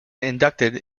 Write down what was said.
inducted